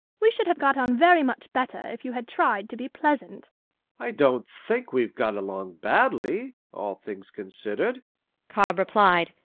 we should have got on very much better if you had tried to be pleasant i don't think we've got along badly, all things considered cobb replied,